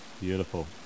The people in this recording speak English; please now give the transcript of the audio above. Beautiful